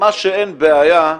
מה שאין בעיה,